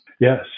Yes